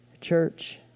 church